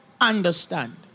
understand